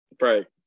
Right